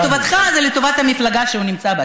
"לטובתך" זה לטובת המפלגה שהוא נמצא בה,